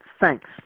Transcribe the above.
thanks